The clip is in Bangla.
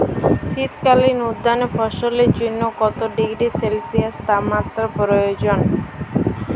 শীত কালীন উদ্যান ফসলের জন্য কত ডিগ্রী সেলসিয়াস তাপমাত্রা প্রয়োজন?